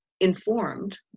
informed